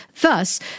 Thus